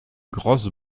grosse